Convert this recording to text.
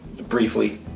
Briefly